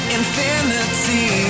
infinity